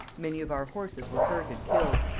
many of our horses were hurt and killed,